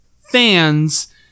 fans